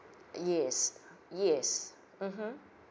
yes yes mmhmm